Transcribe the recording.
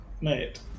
mate